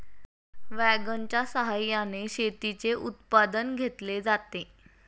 वॅगनच्या सहाय्याने शेतीचे उत्पादन घेतले जाते